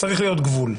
צריך להיות גבול.